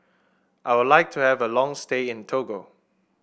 I would like to have a long stay in Togo